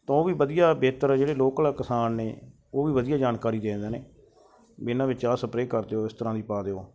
ਤਾਂ ਉਹ ਵੀ ਵਧੀਆ ਬੇਹਤਰ ਜਿਹੜੇ ਲੋਕਲ ਕਿਸਾਨ ਨੇ ਉਹ ਵੀ ਵਧੀਆ ਜਾਣਕਾਰੀ ਦੇ ਦਿੰਦੇ ਨੇ ਵੀ ਇਹਨਾਂ ਵਿੱਚ ਆਹ ਸਪਰੇ ਕਰ ਦਿਓ ਇਸ ਤਰ੍ਹਾਂ ਦੀ ਪਾ ਦਿਓ